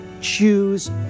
choose